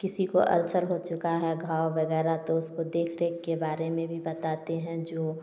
किसी को अल्सर हो चुका है घाव वगैरह तो उसको देख रेख के बारे में भी बताते हैं जो